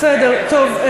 בסדר, טוב.